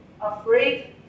afraid